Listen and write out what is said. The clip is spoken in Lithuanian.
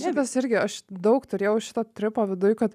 šitas irgi aš daug turėjau šito tripo viduj kad